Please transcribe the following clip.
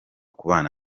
kubana